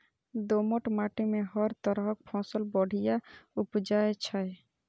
दोमट माटि मे हर तरहक फसल बढ़िया उपजै छै